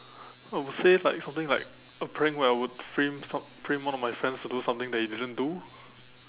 I would say like something like a prank where I would frame some frame one of my friends to do something that he didn't do